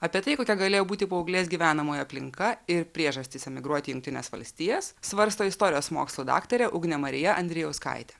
apie tai kokia galėjo būti paauglės gyvenamoji aplinka ir priežastis emigruoti į jungtines valstijas svarsto istorijos mokslų daktarė ugnė marija andrijauskaitė